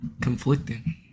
conflicting